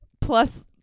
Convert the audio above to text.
Plus